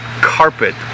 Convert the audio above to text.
carpet